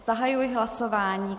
Zahajuji hlasování.